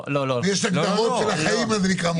ויש הגדרות של החיים מה זה נקרא מובטל.